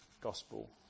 gospel